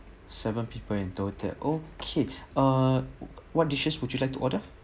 seven people in total okay uh what dishes would you like to order